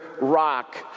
rock